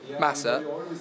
Massa